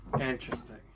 Interesting